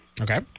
Okay